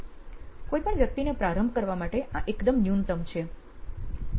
કોઈ પણ વ્યક્તિને પ્રારંભ કરવા માટે આ એકદમ ન્યૂનતમ છે